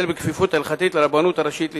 בכפיפות הלכתית לרבנות הראשית לישראל.